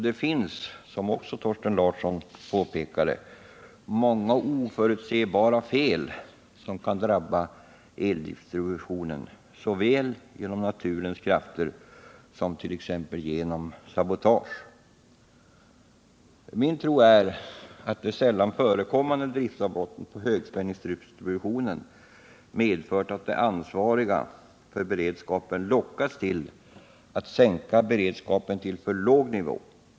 Det finns, som också Thorsten Larsson påpekade, många oförutsebara fel som kan drabba eldistributionen, såväl genom naturens krafter som genom sabotage. Min tro är att de sällan förekommande driftavbrotten på högspänningsdistributionen medfört att de ansvariga för beredskapen lockats till att sänka beredskapen till för låg nivå.